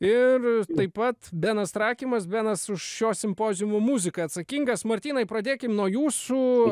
ir taip pat benas trakimas benas už šio simpoziumo muziką atsakingas martynai pradėkim nuo jūsų